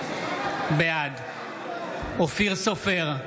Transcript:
בעד אופיר סופר,